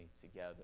together